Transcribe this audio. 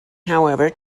however